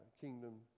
kingdom